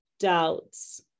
doubts